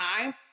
time